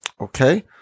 Okay